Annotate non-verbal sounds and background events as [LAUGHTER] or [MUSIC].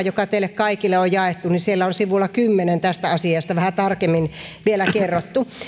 [UNINTELLIGIBLE] joka teille kaikille on jaettu on sivulla kymmenen tästä asiasta vähän tarkemmin vielä kerrottu